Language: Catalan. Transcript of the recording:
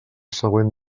següent